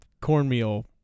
cornmeal